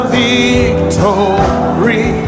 victory